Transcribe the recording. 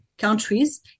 countries